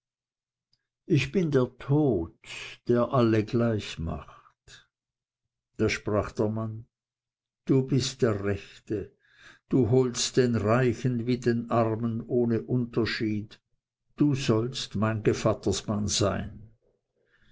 ich bin der tod der alle gleich macht da sprach der mann du bist der rechte du holst den reichen wie den armen ohne unterschied du sollst mein gevattersmann sein